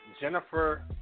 Jennifer